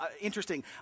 Interesting